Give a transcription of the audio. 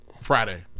Friday